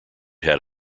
had